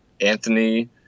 Anthony